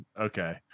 okay